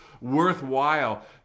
worthwhile